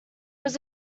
was